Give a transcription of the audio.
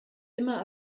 immer